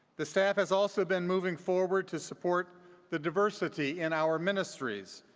the staff has also been moving forward to support the diversity in our ministries,